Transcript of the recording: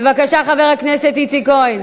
בבקשה, חבר הכנסת איציק כהן.